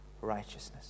righteousness